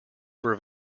were